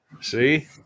See